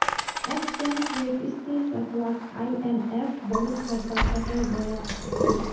exchange rate स्थिर रखवात IMF बहुत हद तक सफल रोया छे